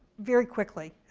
very quickly,